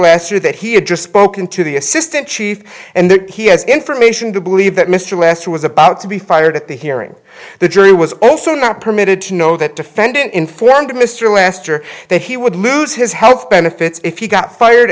lester that he had just spoken to the assistant chief and that he has information to believe that mr lester was about to be fired at the hearing the jury was also not permitted to know that defendant informed mr lester that he would lose his health benefits if you got fired